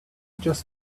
just